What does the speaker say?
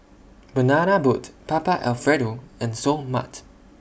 Banana Boat Papa Alfredo and Seoul Mart